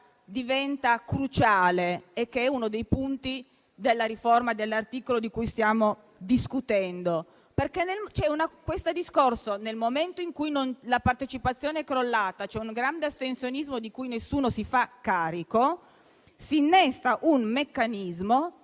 diventa cruciale ed è uno dei punti della riforma dell'articolo di cui stiamo discutendo. Su questo discorso, nel momento in cui la partecipazione è crollata e vi è un grande astensionismo di cui nessuno si fa carico, si innesta un meccanismo